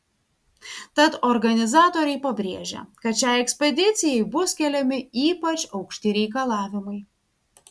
tad organizatoriai pabrėžia kad šiai ekspedicijai bus keliami ypač aukšti reikalavimai